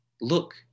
Look